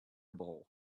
ball